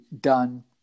done